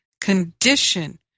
condition